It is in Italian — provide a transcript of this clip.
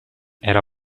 era